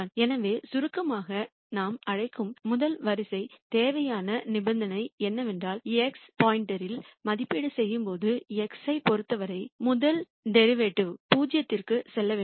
எனவே சுருக்கமாக நாம் அழைக்கும் முதல் வரிசை தேவையான நிபந்தனை என்னவென்றால் x இல் மதிப்பீடு செய்யும்போது x ஐப் பொறுத்தவரை முதல் டெரிவேட்டிவ் 0 க்குச் செல்ல வேண்டும்